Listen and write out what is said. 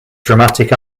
dramatic